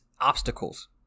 obstacles